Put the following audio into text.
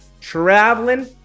traveling